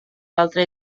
altre